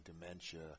dementia